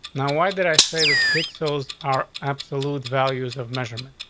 now, why did i say that pixels are absolute values of measurement?